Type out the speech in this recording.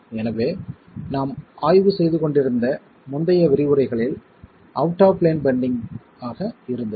எனவே நாம் ஆய்வு செய்து கொண்டிருந்த முந்தைய விரிவுரைகளில் அவுட் ஆப் பிளேன் பெண்டிங் ஆக இருந்தது